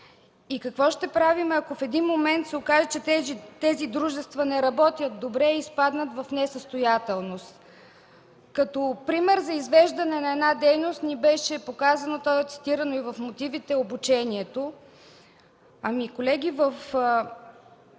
И какво ще правим, ако в един момент се окаже, че тези дружества не работят добре и изпаднат в несъстоятелност? Като пример за извеждане на една дейност ни беше показано, то е цитирано и в мотивите, обучението. Ами, колеги, ако